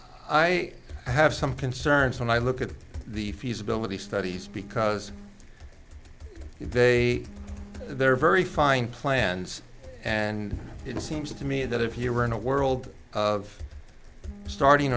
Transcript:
i have some concerns when i look at the feasibility studies because they there are very fine plans and it seems to me that if you were in a world of starting